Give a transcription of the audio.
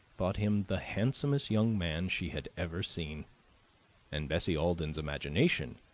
thought him the handsomest young man she had ever seen and bessie alden's imagination,